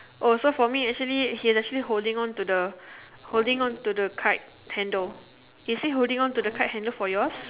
oh so for me actually he's actually holding on to the holding on to the kite handle is he holding on to the kite handle for yours